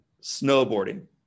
snowboarding